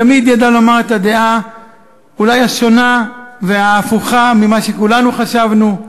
תמיד ידע לומר את הדעה אולי השונה וההפוכה ממה שכולנו חשבנו,